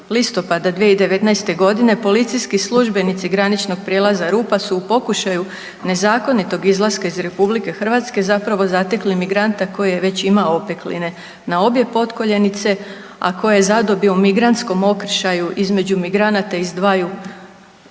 listopada 2019. godine policijski službenici graničnog prijelaza Rupa su u pokušaju nezakonitog izlaska iz RH zapravo zatekli migranta koji je već imao opekline na obje potkoljenice, a koje je zadobio u migrantskom okršaju između migranata iz dvaju